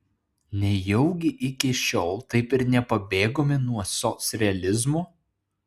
nejaugi iki šiol taip ir nepabėgome nuo socrealizmo